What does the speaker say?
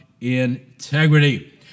integrity